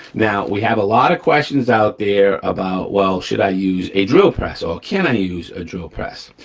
now we have a lot of questions out there about, well, should i use a drill press or can i use a drill press?